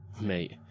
Mate